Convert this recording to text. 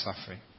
suffering